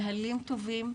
נהלים טובים,